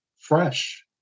fresh